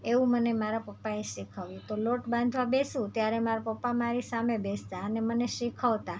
એવું મને મારા પપ્પાએ શીખવ્યું તો લોટ બાંધવા બેસું ત્યારે મારા પપ્પા મારી સામે બેસતા અને મને શીખવતા